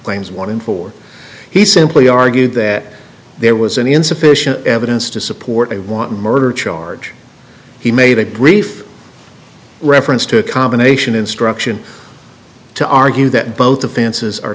claims one in four he simply argued that there was an insufficient evidence to support a wanton murder charge he made a brief reference to a combination instruction to argue that both offenses are